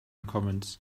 commands